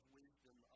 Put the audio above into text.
wisdom